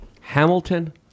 Hamilton